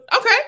Okay